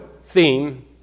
theme